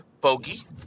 Bogey